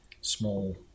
small